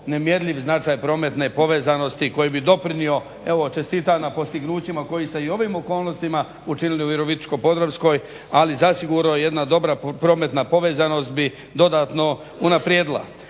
nemjerljiv značaj prometne povezanosti koji bi doprinio evo čestitam na postignućima koji ste i ovim okolnostima učinili u Virovitičko-podravskoj, ali zasigurno jedna dobra prometna povezanost bi dodatno unaprijedila.